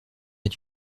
est